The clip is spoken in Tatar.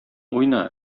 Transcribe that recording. уйна